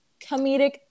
comedic